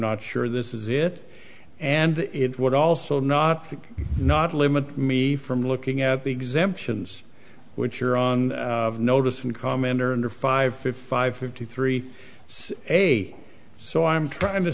not sure this is it and it would also not not limit me from looking at the exemptions which are on notice from commenter under five fifty five fifty three a so i'm trying to